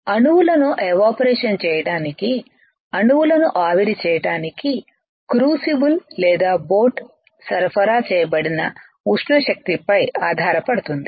అణువులను ఎవాపరేషన్ చేయడానికి అణువులను ఆవిరి చేయడానికి క్రూసిబుల్ లేదా బోట్ కు సరఫరా చేయబడిన ఉష్ణ శక్తిపై ఇది ఆధారపడుతుంది